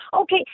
Okay